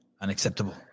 Unacceptable